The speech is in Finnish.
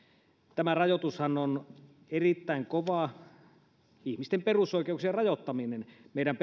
tämä rajoitushan on erittäin kova ihmisten perusoikeuksien rajoittaminen meidän